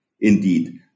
Indeed